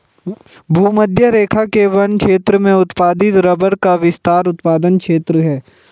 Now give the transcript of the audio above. भूमध्यरेखा के वन क्षेत्र में उत्पादित रबर का विस्तृत उत्पादन क्षेत्र है